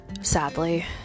sadly